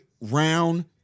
round